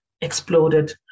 exploded